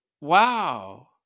Wow